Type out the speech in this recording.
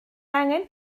angen